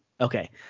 Okay